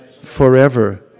Forever